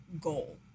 goal